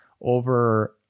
over